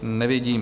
Nevidím.